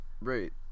right